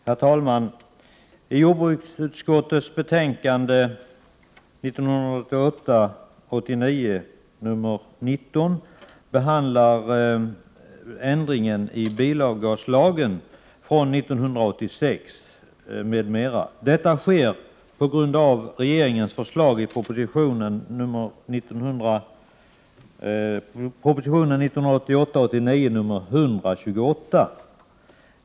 Herr talman! I jordbruksutskottets betänkande 1988 89:128.